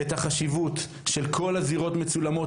את החשיבות של כל הזירות מצולמות,